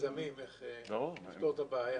לפתור את הבעיה.